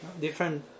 Different